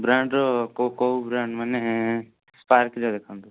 brand ର କେଉଁ କେଉଁ ବ୍ରାଣ୍ଡ୍ ମାନେ ସ୍ପାର୍କ ର ଦେଖାନ୍ତୁ